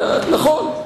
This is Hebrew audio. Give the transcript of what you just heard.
נכון.